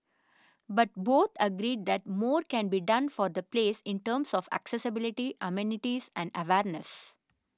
but both agreed that more can be done for the place in terms of accessibility amenities and awareness